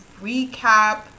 recap